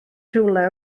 rhywle